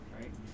right